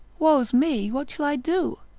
woe's me, what shall i do?